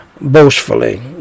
boastfully